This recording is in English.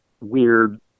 weird